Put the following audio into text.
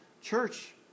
church